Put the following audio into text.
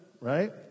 right